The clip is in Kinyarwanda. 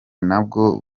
nabwo